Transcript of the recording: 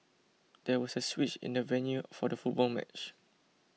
there was a switch in the venue for the football match